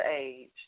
age